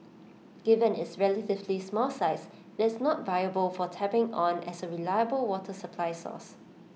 given its relatively small size IT is not viable for tapping on as A reliable water supply source